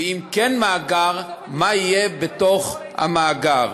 ואם כן מאגר, מה יהיה בתוך המאגר.